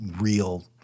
real